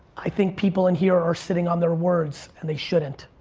i think people in here are sitting on their words and they shouldn't